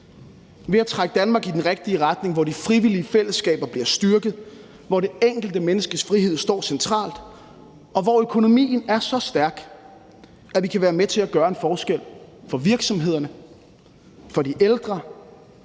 ved at trække Danmark i den rigtige retning, hvor de frivillige fællesskaber bliver styrket, hvor det enkelte menneskes frihed står centralt, og hvor økonomien er så stærk, at det kan være med til at gøre en forskel for virksomhederne, for de ældre,